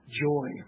joy